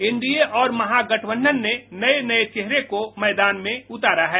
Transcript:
NDA और महागठबंधन ने नये नये चेहरे को मैदान में उतारा है